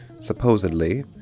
supposedly